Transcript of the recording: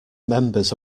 members